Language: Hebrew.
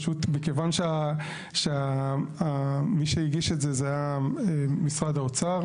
פשוט מכיוון שמי שהגיש את זה זה היה משרד האוצר,